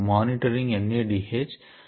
స్కీపర్ Th గెబార్ A షుగేర్ల్ K